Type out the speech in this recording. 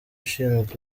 ushinzwe